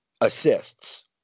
Assists